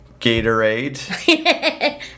Gatorade